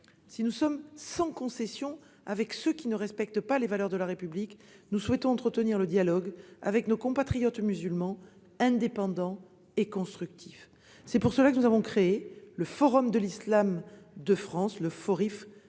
Si nous sommes sans concession avec ceux qui ne respectent pas les valeurs de la République, nous souhaitons entretenir le dialogue avec nos compatriotes musulmans indépendants et constructifs. C'est la raison pour laquelle nous avons créé le Forum de l'islam de France, que vous